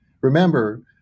Remember